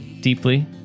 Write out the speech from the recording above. deeply